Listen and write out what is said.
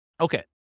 Okay